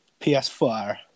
PS4